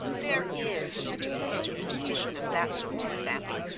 there is a stupid superstition of that sort in the family,